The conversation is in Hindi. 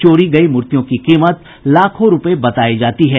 चोरी गयी मूर्तियों की कीमत लाखों रूपये बतायी जाती है